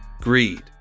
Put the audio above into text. Greed